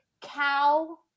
Cow